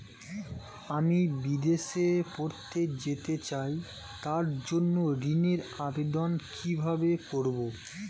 আমি বিদেশে পড়তে যেতে চাই তার জন্য ঋণের আবেদন কিভাবে করব?